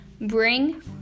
bring